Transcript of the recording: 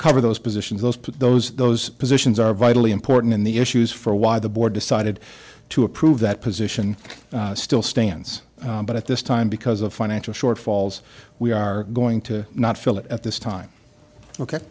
cover those positions those put those those positions are vitally important and the issues for why the board decided to approve that position still stands but at this time because of financial shortfalls we are going to not feel that at this time ok